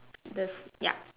there's ya